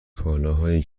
کالاهایی